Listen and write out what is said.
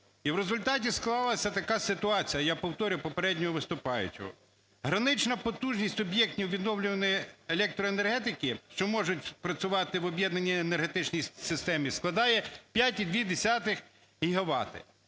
І в результаті склалася така ситуація, я повторю попереднього виступаючого, гранична потужність об'єктів відновлювальної електроенергетики, що можуть працювати в об'єднаній енергетичній системі, складає 5,2 гігавати,